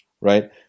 right